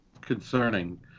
Concerning